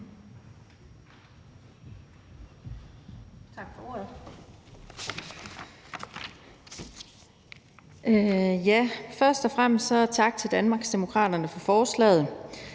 Tak for ordet.